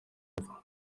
ipfa